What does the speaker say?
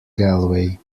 galway